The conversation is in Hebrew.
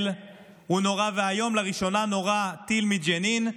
הוא נורא ואיום: לראשונה נורה טיל מג'נין,